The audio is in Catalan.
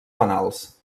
fanals